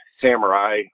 samurai